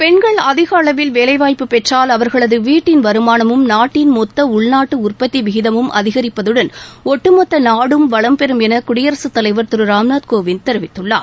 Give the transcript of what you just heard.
பெண்கள் அதிக அளவில் வேலைவாய்ப்பு பெற்றால் அவர்களது வீட்டின் வருமானமும் நாட்டின் மொத்த உள்நாட்டு உற்பத்தி விகிதமும் அதிகரிப்பதுடன் ஒட்டுமொத்த நாடும் வளம்பெறும் என குடியரசுத் தலைவர் திரு ராம்நாத் கோவிந்த் தெரிவித்துள்ளார்